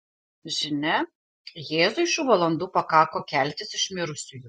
žinia jėzui šių valandų pakako keltis iš mirusiųjų